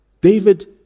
David